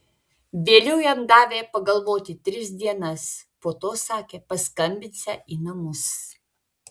vėliau jam davė pagalvoti tris dienas po to sakė paskambinsią į namus